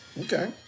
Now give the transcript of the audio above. Okay